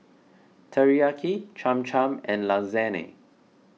Teriyaki Cham Cham and Lasagne